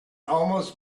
almost